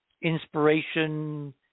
inspiration